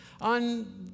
On